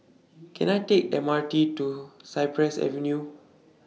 Can I Take M R T to Cypress Avenue